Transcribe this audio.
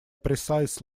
precise